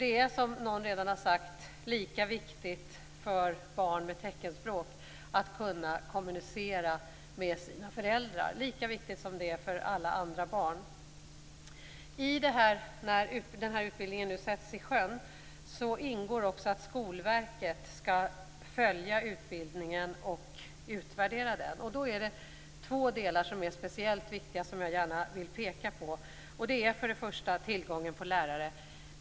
Det är ju, som någon har sagt, lika viktigt för barn med teckenspråk att kunna kommunicera med sina föräldrar som det är för alla andra barn. När utbildningen nu sätts i sjön skall Skolverket följa och utvärdera den. Två delar är speciellt viktiga, och jag vill gärna peka på dem. Det första är tillgången på lärare.